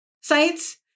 sites